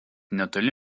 netoli